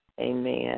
Amen